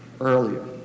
earlier